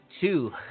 two